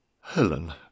Helen